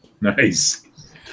Nice